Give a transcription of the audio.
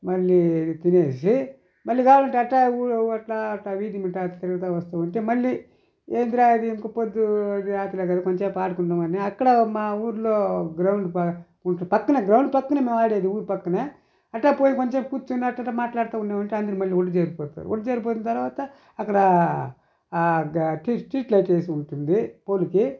మళ్ళీ తినేసి మళ్ళీ కావాలంటే అట్ట ఊర్లో అట్టా అట్టా వీధి తిరుగుతా వస్తూ ఉంటే మళ్ళీ ఏందిరా ఇది ఇంక పొద్దు ఈరోజు రాత్రే కదా ఇంకొంచెపు ఆడుకుందాం అని అక్కడ మా ఊర్లో గ్రౌండ్ కొంచెం పక్కనే గ్రౌండ్ పక్కనే మేము ఆడేది ఊరి పక్కనే అట్టా పోయి కొంచెపు కూర్చొని అట్ట అట్ట మాటలాడుతూ ఉన్నామంటే అందరూ మళ్ళీ ఒడ్డు చేరిపోతారు ఒడ్డు చెరిపోయిన తర్వాత అక్కడ స్ట్రీట్ స్ట్రీట్ లైట్ వేసి ఉంటుంది పోలికి